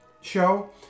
show